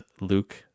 Luke